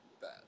bad